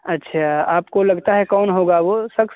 अच्छा आपको लगता है कौन होगा वो शख्स